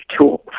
tools